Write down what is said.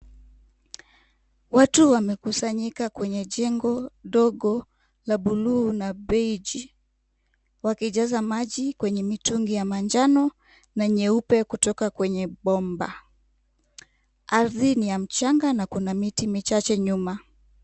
Watu wamekusanyika kwenye jengo dogo la buluu na beige , wakijaza maji kwenye mitungi ya manjano na nyeupe kutoka kwenye bomba. Ardhi ni ya mchanga na kuna miti michache nyuma.